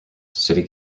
city